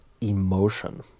Emotion